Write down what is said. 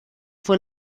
fue